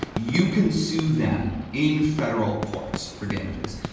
you can sue them in federal courts for damages.